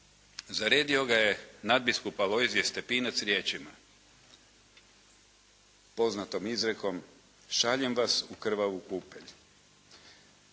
Zaredio ga je nadbiskup Alojzije Stepinac riječima, poznatom izrekom: "Šaljem vas u krvavu kupelj.